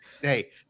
hey